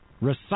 recite